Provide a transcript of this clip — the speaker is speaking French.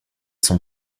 sont